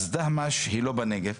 דהמש היא לא בנגב,